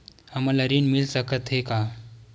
हमन ला ऋण मिल सकत हे का?